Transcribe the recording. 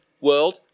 world